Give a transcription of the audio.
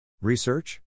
Research